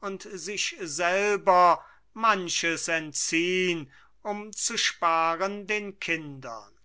und sich selber manches entziehn um zu sparen den kindern